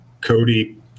Cody